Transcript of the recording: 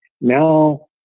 now